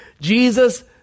Jesus